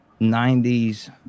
90s